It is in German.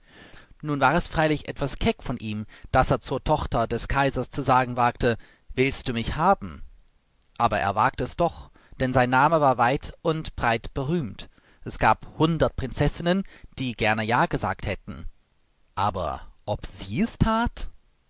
nun war es freilich etwas keck von ihm daß er zur tochter des kaisers zu sagen wagte willst du mich haben aber er wagte es doch denn sein name war weit und breit berühmt es gab hundert prinzessinnen die gerne ja gesagt hätten aber ob sie es that